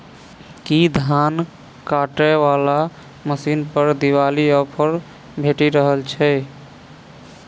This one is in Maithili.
की धान काटय वला मशीन पर दिवाली ऑफर भेटि रहल छै?